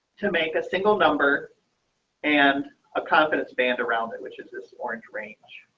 to make a single number and a competence band around it which is this orange range.